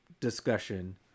discussion